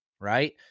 right